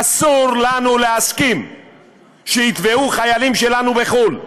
אסור לנו להסכים שיתבעו חיילים שלנו בחו"ל,